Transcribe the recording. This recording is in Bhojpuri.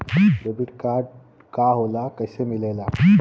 डेबिट कार्ड का होला कैसे मिलेला?